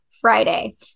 Friday